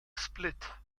split